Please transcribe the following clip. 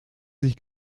sich